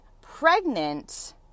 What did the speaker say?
pregnant